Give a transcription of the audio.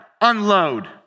unload